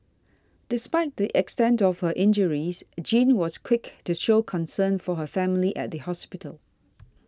despite the extent of her injures Jean was quick to show concern for her family at the hospital